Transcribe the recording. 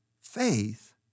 Faith